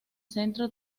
centro